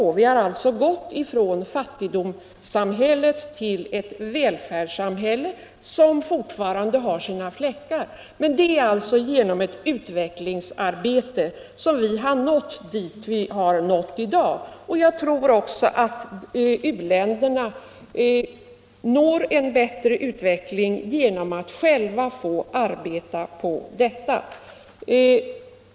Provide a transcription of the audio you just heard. Vi har alltså gått ifrån fattigdomssamhället till ett välfärdssamhälle, även om det fortfarande har sina fläckar. Det är genom ett utvecklingsarbete på sikt som vi har nått dit vi är i dag, och jag tror att också u-länderna når en bättre utveckling genom att själva arbeta för en förändring.